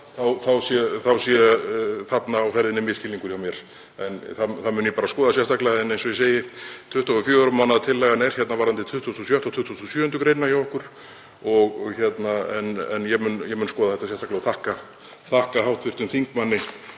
sé þarna á ferðinni misskilningur hjá mér. En það mun ég skoða sérstaklega. En eins og ég segi, 24 mánaða tillagan er hérna varðandi 26. og 27. gr. hjá okkur en ég mun skoða þetta sérstaklega og þakka þakka hv. þingmanni